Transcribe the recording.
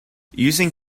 using